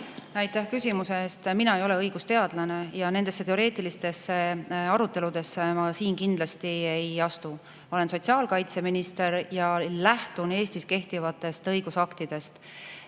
Aitäh küsimuse eest! Mina ei ole õigusteadlane ja nendesse teoreetilistesse aruteludesse ma siin kindlasti ei astu. Ma olen sotsiaalkaitseminister ja lähtun Eestis kehtivatest õigusaktidest.